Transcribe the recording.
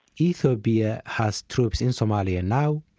ethiopia has troops in somalia now,